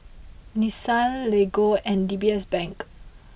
Nissan Lego and D B S Bank